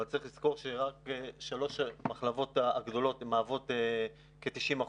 אבל צריך לזכור ששלוש המחלבות הגדולות מהוות כ-90%,